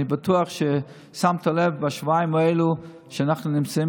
אני בטוח ששמת לב שבשבועיים האלה אנחנו נמצאים